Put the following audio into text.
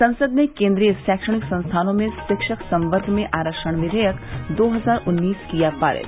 संसद ने केन्द्रीय रैक्षणिक संस्थानों में शिक्षक संवर्ग में आरक्षण कियेयक दो हजार उन्नीस किया पारित